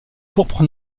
pourpre